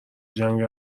جنگل